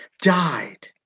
Died